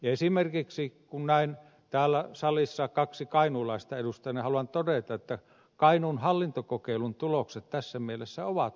esimerkiksi kun näen täällä salissa kaksi kainuulaista edustajaa niin haluan todeta että kainuun hallintokokeilun tulokset tässä mielessä ovat olleet rohkaisevia